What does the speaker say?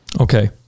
Okay